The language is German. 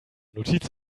notiz